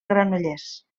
granollers